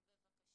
בבקשה.